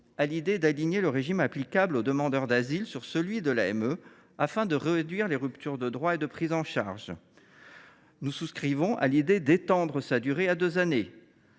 à l’idée d’aligner le régime applicable aux demandeurs d’asile sur celui de l’AME, afin de réduire les ruptures de droits et de prises en charge. Nous souscrivons également à l’idée d’étendre sa durée à deux années.